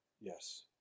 yes